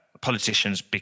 politicians